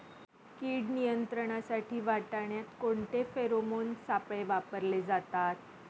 कीड नियंत्रणासाठी वाटाण्यात कोणते फेरोमोन सापळे वापरले जातात?